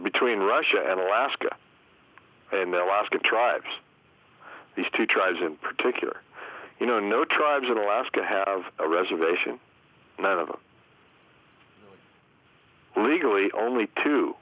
between russia and alaska and they'll ask tribes these two tribes in particular you know no tribes in alaska have a reservation none of them legally only to